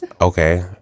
Okay